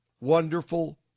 wonderful